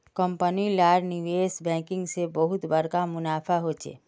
company लार निवेश banking से बहुत बड़का मुनाफा होचे